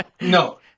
No